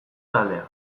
taldea